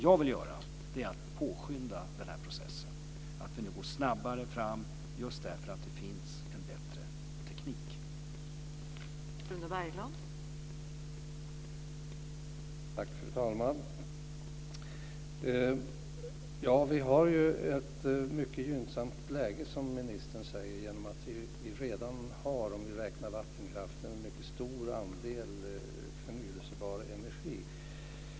Jag vill att vi går snabbare fram just därför att det finns en bättre teknik.